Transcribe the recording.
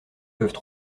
peuvent